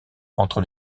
entre